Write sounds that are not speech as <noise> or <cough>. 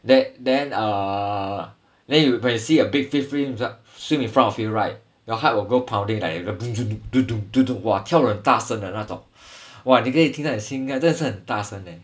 then then err then you will see a big fish swim in front of you right your heart will go pounding like <noise> !wah! 跳的很大声的那种 <breath> !wah! 你可以听到你的心跳真的是很大声 leh